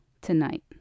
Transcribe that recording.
tonight